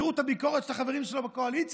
תראו את הביקורת של החברים שלו בקואליציה,